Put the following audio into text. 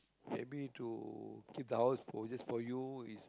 maybe to keep the house possess for you is